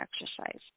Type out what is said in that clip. exercise